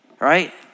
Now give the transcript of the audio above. Right